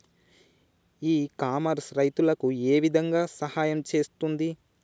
ఇ commerce రైతులకు ఏ విధంగా సహాయం చేస్తుంది?